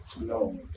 No